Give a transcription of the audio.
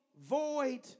void